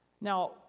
Now